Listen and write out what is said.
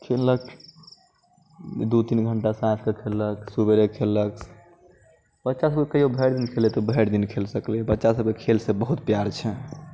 खेललक दू तीन घण्टा साँझके खेललक सवेरे खेललक बच्चा सबके कहियो भरि दिन खेलै तऽ उ भरि दिन खेल सकै छै बच्चा सबके खेलसँ बहुत प्यार छै